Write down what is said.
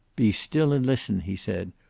be still and listen, he said.